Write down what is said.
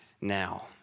now